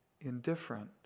indifferent